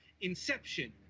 Inception